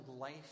life